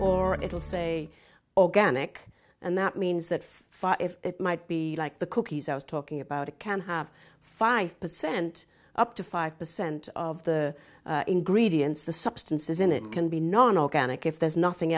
or it will say organic and that means that if it might be like the cookies i was talking about it can have five percent up to five percent of the ingredients the substances in it can be known organic if there's nothing